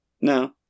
No